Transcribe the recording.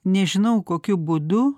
nežinau kokiu būdu